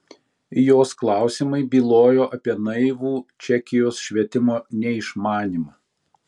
jos klausimai bylojo apie naivų čekijos švietimo neišmanymą